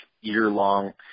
year-long